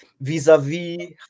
vis-a-vis